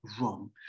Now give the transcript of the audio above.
wrong